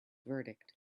verdict